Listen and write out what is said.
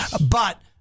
But-